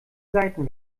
seiten